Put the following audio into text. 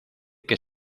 que